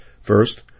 First